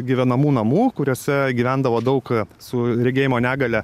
gyvenamų namų kuriuose gyvendavo daug su regėjimo negalia